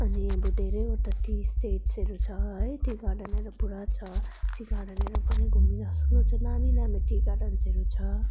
अनि अब धेरैवटा टी स्टेट्सहरू छ है टी गार्डनहरू पुरा छ टी गार्डनहरू पनि घुमिनसक्नु छ नामी नामी टी गार्डन्सहरू छ